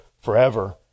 forever